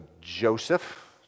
Joseph